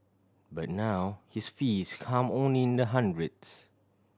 but now his fees come only in the hundreds